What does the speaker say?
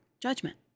judgment